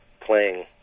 playing